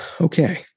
Okay